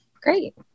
great